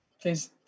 please